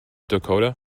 dakota